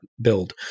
build